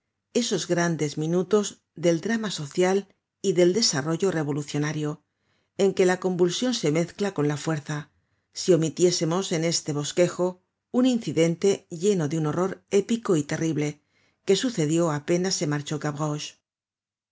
esos grandes minutos del drama social y del desarrollo revolucionario en que la convulsion se mezcla con la fuerza si omitiésemos en este bosquejo un incidente lleno de un horror épico y terrible que sucedió apenas se marchó